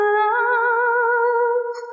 love